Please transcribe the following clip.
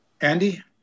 Andy